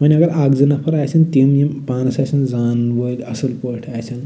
وَنۍ اَگر اکھ زٕ نَفر آسٕن تِم یِن پانَس آسٕن زانن وٲلۍ اَصٕل پٲٹھۍ آسن